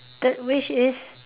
third wish is